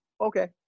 okay